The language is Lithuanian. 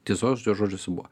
tiesos jo žodžiuose buvo